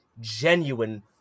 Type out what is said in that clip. genuine